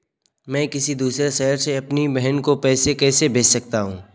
मैं किसी दूसरे शहर से अपनी बहन को पैसे कैसे भेज सकता हूँ?